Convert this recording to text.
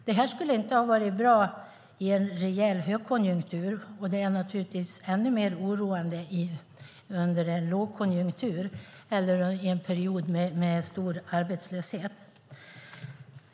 Det skulle inte ha varit bra i en rejäl högkonjunktur. Det är naturligtvis ännu mer oroande under en lågkonjunktur eller i en period med stor arbetslöshet.